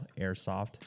airsoft